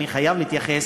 אני חייב להתייחס,